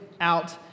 out